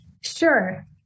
sure